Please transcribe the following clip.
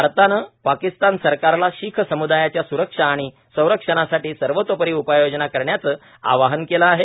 भारतानं पाकिस्तान सरकारला शिख समूदायाच्या स्रक्षा आणि संरक्षणासाठी सर्वतोपरी उपाययोजना करण्याचं आवाहन केलं आहे